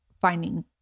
finding